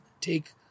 take